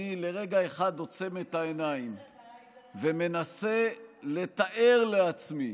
אני לרגע אחד עוצם את העיניים ומנסה לתאר לעצמי